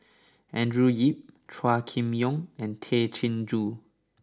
Andrew Yip Chua Kim Yeow and Tay Chin Joo